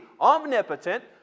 omnipotent